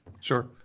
sure